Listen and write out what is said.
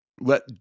let